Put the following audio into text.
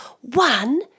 One